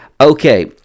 Okay